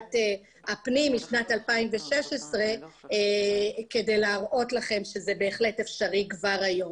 ועדת הפנים משנת 2016 כדי להראות לכם שזה בהחלט אפשרי כבר היום.